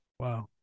Wow